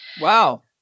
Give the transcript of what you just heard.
Wow